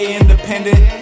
independent